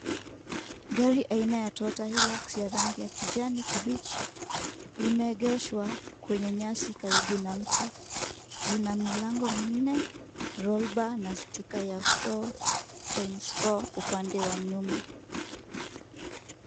Gari aina ya Toyota Hilux ya rangi ya kijani kibichi limeegeshwa kwenye nyasi karibu na mti. Lina milango minne, rollbar na stika ya 4×4 upande wa nyuma.